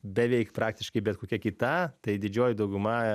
beveik praktiškai bet kokia kita tai didžioji dauguma